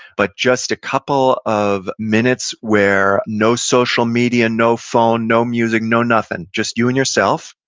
but just a couple of minutes where no social media, no phone, no music, no nothing, just you and yourself